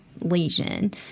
lesion